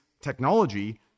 technology